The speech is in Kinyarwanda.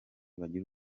bagira